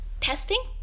Testing